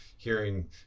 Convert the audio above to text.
Hearing